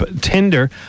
Tinder